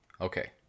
okay